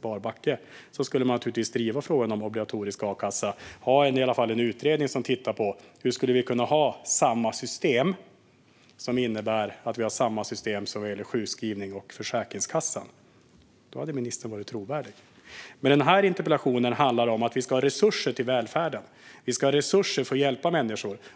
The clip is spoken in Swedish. bar backe skulle man naturligtvis driva frågan om obligatorisk a-kassa. Man skulle i varje fall ha en utredning som tittar på hur vi skulle kunna ha samma system som det som gäller för sjukskrivning och Försäkringskassan. Då hade ministern varit trovärdig. Den här interpellationen handlar om att vi ska ha resurser till välfärden. Vi ska ha resurser för att hjälpa människor.